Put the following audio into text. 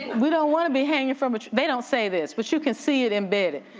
we don't wanna be hanging from, they don't say this, but you can see it embedded.